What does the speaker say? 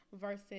versus